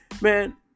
Man